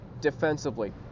defensively